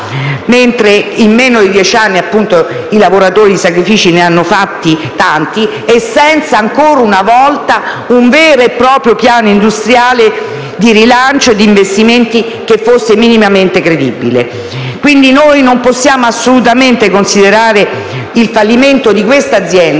mentre in meno di dieci anni i lavoratori di sacrifici ne hanno fatti molti, manca ancora una volta un vero e proprio piano industriale di rilancio e di investimenti che sia minimamente credibile. Noi non possiamo assolutamente considerare, quindi, il fallimento dell'azienda